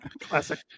Classic